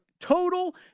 total